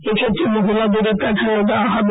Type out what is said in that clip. এক্ষেত্রে মহিলাদেরই প্রাধান্য দেওয়া হবে